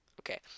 okay